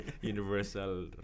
Universal